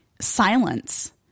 silence